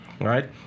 right